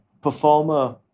performer